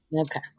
Okay